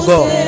God